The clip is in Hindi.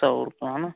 सौ रुपया में